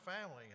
family